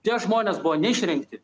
tie žmonės buvo neišrinkti